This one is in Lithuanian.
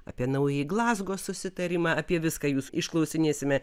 apie naująjį glazgo susitarimą apie viską jūs išklausinėsime